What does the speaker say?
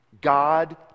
God